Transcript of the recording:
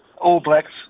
all-blacks